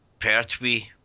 Pertwee